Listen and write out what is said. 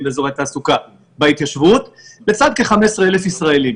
באזורי התעסוקה בהתיישבות לצד כ-15,000 ישראלים.